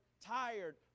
tired